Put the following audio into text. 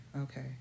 okay